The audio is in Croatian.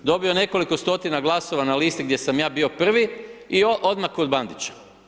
Dobio nekoliko stotina glasova na listi gdje sam ja bio prvi i odmah kod Bandića.